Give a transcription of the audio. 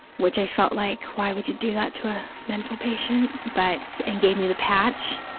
which i felt like, why would you do that to a mental patient, but, and gave me the patch.